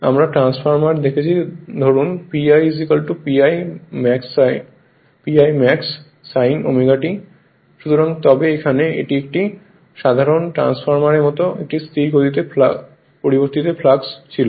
আমরা ট্রান্সফরমার দেখেছি ধরুন pi pi maxsine ω T সুতরাং তবে এখানে এটি একটি যা সাধারণ ট্রান্সফরমারের মতো একটি স্থির পরিবর্তিত ফ্লাক্স ছিল